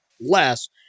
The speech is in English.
less